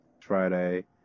Friday